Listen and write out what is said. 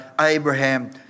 Abraham